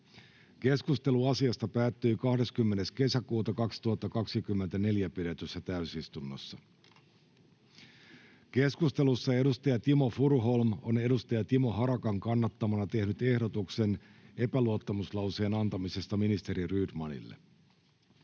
Keskustelu asiasta päättyi 20.6.2024 pidetyssä täysistunnossa. Keskustelussa edustaja Timo Furuholm on edustaja Timo Harakan kannattamana tehnyt ehdotuksen epäluottamuslauseen antamisesta ministeri Rydmanille.